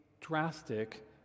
drastic